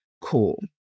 Cool